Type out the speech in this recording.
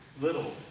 little